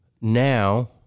Now